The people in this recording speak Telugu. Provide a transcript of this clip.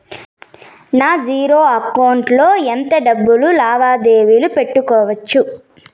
నా జీరో అకౌంట్ లో ఎంత డబ్బులు లావాదేవీలు పెట్టుకోవచ్చు?